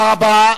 תודה רבה.